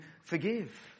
forgive